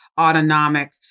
autonomic